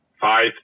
five